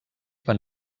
van